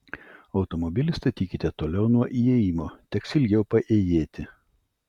automobilį statykite toliau nuo įėjimo teks ilgiau paėjėti